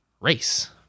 race